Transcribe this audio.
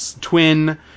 twin